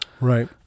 Right